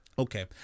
Okay